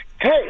hey